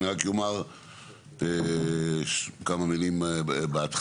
אני רק אומר כמה מילים בהתחלה.